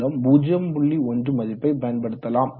1 மதிப்பை பயன்படுத்தலாம்